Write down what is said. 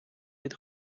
від